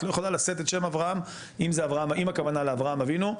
את לא יכולה לשאת את שם אברהם אם הכוונה לאברהם אבינו,